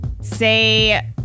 Say